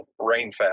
RainFast